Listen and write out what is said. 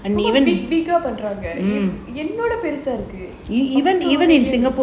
என்னைவிட பெருசா இருக்கு:ennavida perusaa irukku